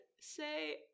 say